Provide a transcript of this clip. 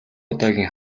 удаагийн